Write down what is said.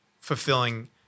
fulfilling